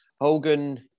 Hogan